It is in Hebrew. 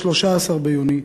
13 ביוני,